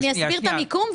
אני אסביר את המיקום.